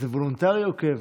זה וולונטרי או קבע